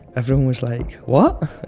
everyone was like, what?